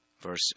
Verse